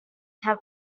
have